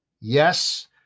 Yes